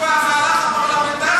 במהלך הפרלמנטרי.